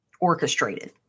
orchestrated